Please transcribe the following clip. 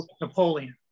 Napoleon